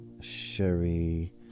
Sherry